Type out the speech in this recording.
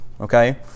Okay